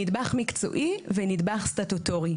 נדבך מקצועי ונדבך סטטוטורי.